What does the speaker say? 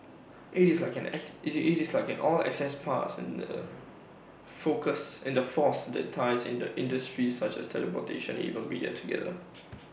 IT is like IT is like an all access pass and the focus in the force that ties industries such as transportation and even media together